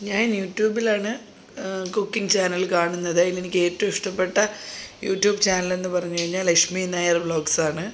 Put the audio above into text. ഞാൻ യൂട്യൂബിലാണ് cooking channel കാണുന്നത് അതിലെനിക്കേറ്റവും ഇഷ്ടപ്പെട്ട യൂട്യൂബ് ചാനൽ എന്നു പറഞ്ഞു കഴിഞ്ഞാൽ ലക്ഷ്മി നായർ വ്ളോഗ്സാണ്